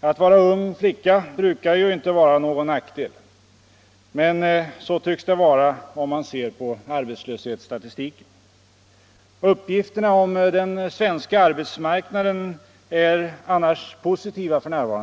Att vara ung flicka brukar ju inte vara någon nackdel. Men så tycks det vara, om man ser på arbetslöshetsstatistiken. Uppgifterna om den svenska arbetsmarknaden är annars positiva f. n.